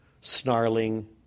snarling